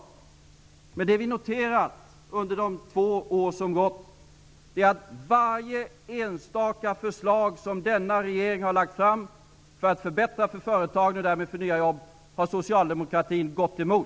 Det som vi emellertid har noterat under de två år som har gått är att varje enstaka förslag som denna regering har lagt fram för att förbättra för företagen och därmed för tillskapandet av nya jobb har socialdemokratin gått emot.